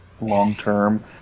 long-term